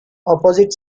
opposite